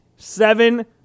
Seven